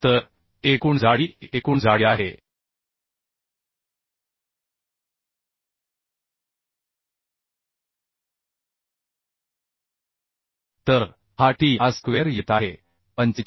तर एकूण जाडी ही एकूण जाडी आहे तर हा t a स्क्वेअर येत आहे 45